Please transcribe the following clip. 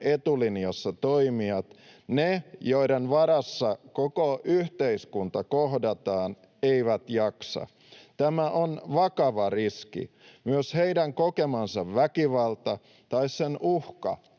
etulinjassa toimijat, ne joiden varassa koko yhteiskunta kohdataan, eivät jaksa. Tämä on vakava riski. Myös heidän kokemansa väkivalta tai sen uhka